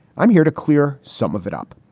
i'm here to clear some of it up.